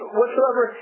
whatsoever